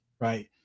Right